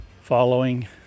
following